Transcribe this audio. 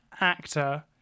actor